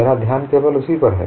मेरा ध्यान केवल उसी पर है